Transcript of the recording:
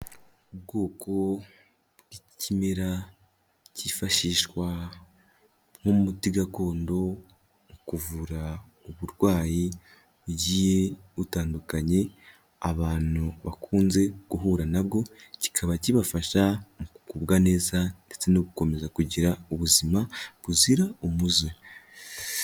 Ubwoko bw'ikimera cyifashishwa nk'umuti gakondo mu kuvura uburwayi bugiye butandukanye abantu bakunze guhura na bwo, kikaba kibafasha mu kugubwa neza ndetse no gukomeza kugira ubuzima buzira umuze.